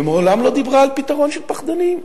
ומעולם לא דיברה על פתרון של פחדנים.